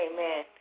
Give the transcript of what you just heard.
Amen